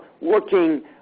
working